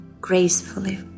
gracefully